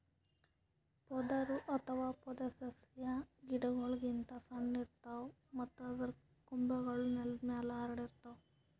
ಪೊದರು ಅಥವಾ ಪೊದೆಸಸ್ಯಾ ಗಿಡಗೋಳ್ ಗಿಂತ್ ಸಣ್ಣು ಇರ್ತವ್ ಮತ್ತ್ ಅದರ್ ಕೊಂಬೆಗೂಳ್ ನೆಲದ್ ಮ್ಯಾಲ್ ಹರ್ಡಿರ್ತವ್